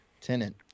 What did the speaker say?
Tenant